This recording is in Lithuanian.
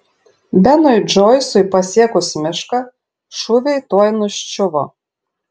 benui džoisui pasiekus mišką šūviai tuoj nuščiuvo